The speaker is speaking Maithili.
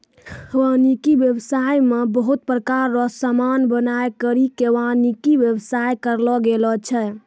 वानिकी व्याबसाय मे बहुत प्रकार रो समान बनाय करि के वानिकी व्याबसाय करलो गेलो छै